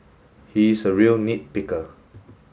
he is a real nit picker